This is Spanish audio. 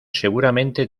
seguramente